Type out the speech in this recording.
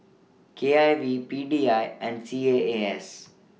K I V P D I and C A A S